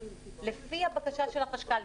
לפי הבקשה של החשכ"ל.